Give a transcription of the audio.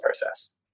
process